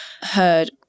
heard